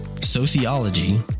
sociology